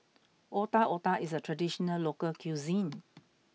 Otak Otak is a traditional local cuisine